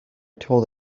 told